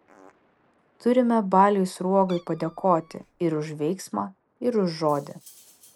turime baliui sruogai padėkoti ir už veiksmą ir už žodį